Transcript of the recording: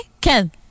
Ken